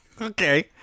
Okay